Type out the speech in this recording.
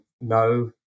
No